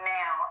now